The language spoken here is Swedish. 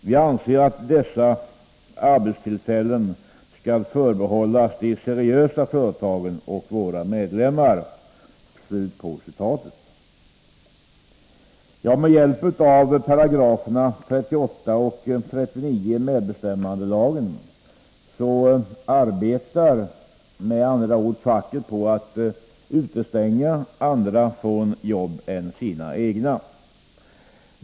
—-—-— Vi anser att dessa arbetstillfällen skall förbehållas de seriösa företagen och våra medlemmar.” Med hjälp av 38 och 39 §§ medbestämmandelagen arbetar facket med andra ord på att utestänga andra än sina egna från jobb.